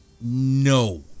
No